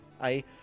I-